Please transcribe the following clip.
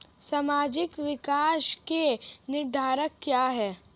सामाजिक विकास के निर्धारक क्या है?